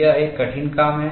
यह एक कठिन काम है